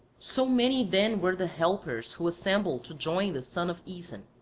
so many then were the helpers who assembled to join the son of aeson.